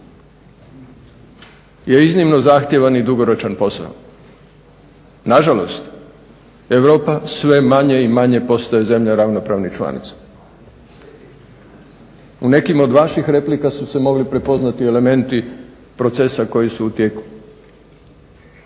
je iznimno zahtjevan i dugoročan posao. Nažalost, Europa sve manje i manje postaje zemlja ravnopravnih članica. U nekim od vaših replika su se mogli prepoznati elementi procesa koji su u tijeku.